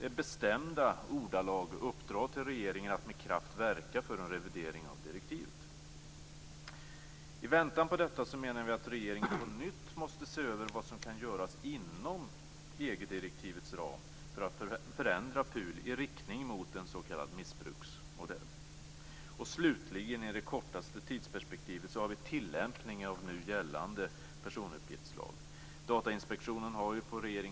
I betänkandet har KU enats om skrivningen där KU utgår ifrån att regeringen efter remissbehandlingen - inom de ramar som EG-direktiven uppställer - genomför de förändringar som krävs för att motverka de problem med personuppgiftslagens utformning som regeringsuppdraget avsåg att komma till rätta med. Det gäller förändringar som kan behöva gå längre än vad Datainspektionen har föreslagit.